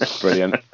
Brilliant